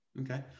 Okay